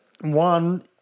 one